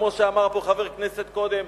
כמו שאמר פה חבר כנסת קודם,